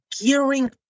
gearing